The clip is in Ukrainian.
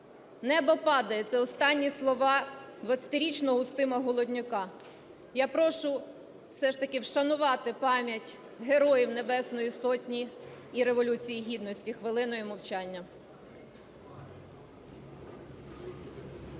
"Небо падає" – це останні слова 20-річного Устима Голоднюка. Я прошу все ж таки вшанувати пам'ять Героїв Небесної Сотні і Революції Гідності хвилиною мовчання.